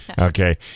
okay